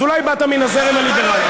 אז אולי באת מן הזרם הליברלי.